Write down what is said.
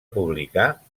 publicar